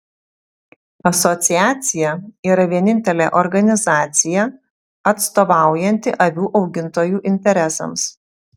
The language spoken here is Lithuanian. asociacija yra vienintelė organizacija atstovaujanti avių augintojų interesams